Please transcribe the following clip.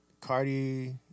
Cardi